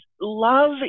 love